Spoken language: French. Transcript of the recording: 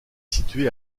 située